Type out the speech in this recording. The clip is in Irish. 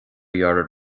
fhearadh